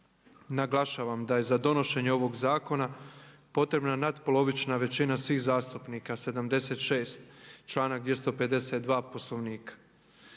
Naglašavam da je za donošenje ovog zakona potrebna nadpolovična većina svih zastupnika 76, članak 252. Poslovnika.